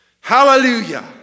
Hallelujah